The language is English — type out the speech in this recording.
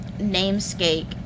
namesake